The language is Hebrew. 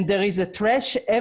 And there is trash everywhere.